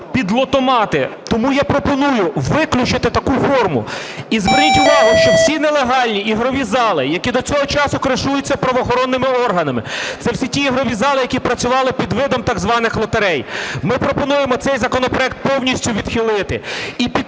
під лотомати. Тому я пропоную виключити таку форму. І зверніть увагу, що всі нелегальні ігрові зали, які до цього часу кришуються правоохоронними органами, це всі ті ігрові зали, які працювали під видом так званих лотерей. Ми пропонуємо цей законопроект повністю відхилити і піти